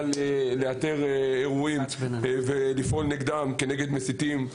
לאתר אירועים ולפעול נגדם וכנגד מסיתים,